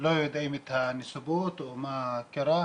לא יודעים את הנסיבות או מה קרה.